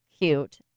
cute